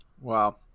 Wow